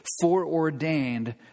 foreordained